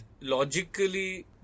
logically